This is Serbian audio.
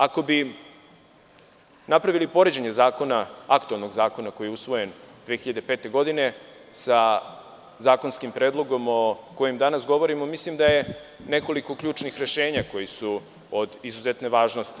Ako bi napravili poređenje aktuelnog zakona, koji je usvojen 2005. godine, sa zakonskim predlogom o kome danas govorimo, mislim da je nekoliko ključnih rešenja koji su od izuzetne važnosti.